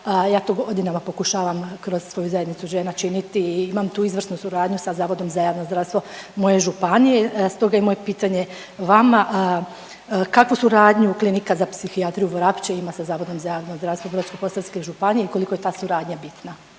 Ja to godinama pokušavam kroz svoju zajednicu žena činiti i imam tu izvrsnu suradnju sa Zavodom za javno zdravstvo moje županije. Stoga je moje pitanje vama, kakvu suradnju Klinika za psihijatriju Vrapče ima sa Zavodom za javno zdravstvo Brodsko-posavske županije i koliko je ta suradnja bitna?